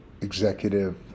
Executive